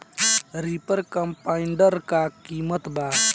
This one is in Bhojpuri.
रिपर कम्बाइंडर का किमत बा?